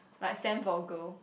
like Sam for a girl